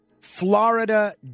Florida